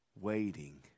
waiting